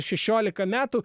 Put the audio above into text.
šešiolika metų